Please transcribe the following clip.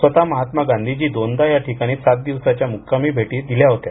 स्वतः महात्मा गांधींनी दोनदा याठिकाणी सात दिवसाच्या मुक्कामी भेटी दिल्या होत्या